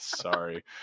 Sorry